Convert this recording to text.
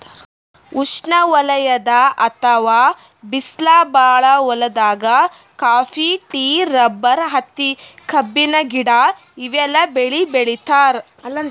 ಉಷ್ಣವಲಯದ್ ಅಥವಾ ಬಿಸ್ಲ್ ಭಾಳ್ ಹೊಲ್ದಾಗ ಕಾಫಿ, ಟೀ, ರಬ್ಬರ್, ಹತ್ತಿ, ಕಬ್ಬಿನ ಗಿಡ ಇವೆಲ್ಲ ಬೆಳಿ ಬೆಳಿತಾರ್